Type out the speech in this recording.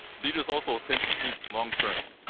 leaders also tend to think long terms.